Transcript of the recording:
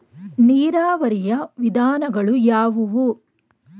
ನೀರಾವರಿಯ ವಿಧಾನಗಳು ಯಾವುವು?